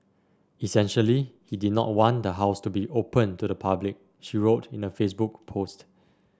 essentially he did not want the house to be open to the public she wrote in a Facebook post